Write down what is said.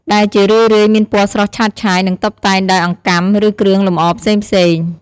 ដែលជារឿយៗមានពណ៌ស្រស់ឆើតឆាយ និងតុបតែងដោយអង្កាំ ឬគ្រឿងលម្អផ្សេងៗ។